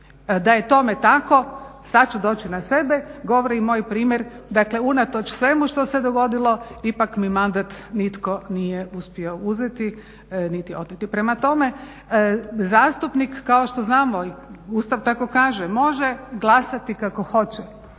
Da je tome tako, sada ću doći na sebe, govori moj primjer. Dakle unatoč svemu što se dogodilo ipak mi mandat nitko nije uspio uzeti niti oteti. Prema tome, zastupnik kao što znamo i Ustav tako kaže, može glasati kako hoće,